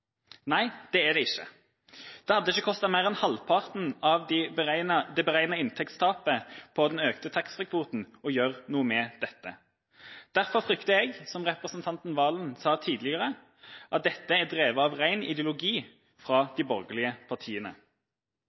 Nei, det er det ikke. Det hadde ikke kostet mer enn halvparten av det beregnede inntektstapet på den økte taxfree-kvoten å gjøre noe med dette. Derfor frykter jeg – som representanten Serigstad Valen sa tidligere – at dette er drevet av ren ideologi fra de borgerlige